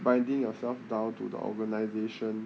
binding yourself down to the organisation